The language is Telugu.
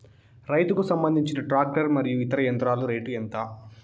రైతుకు సంబంధించిన టాక్టర్ మరియు ఇతర యంత్రాల రేటు ఎంత?